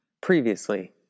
Previously